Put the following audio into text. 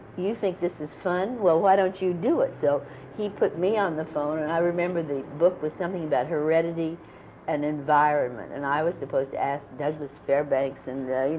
you think this is fun? well, why don't you do it? so he put me on the phone. and i remember the book was something about heredity and environment, and i was supposed to ask douglas fairbanks and, you